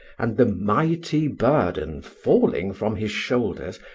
and the mighty burden falling from his shoulders,